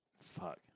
fuck